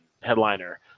Headliner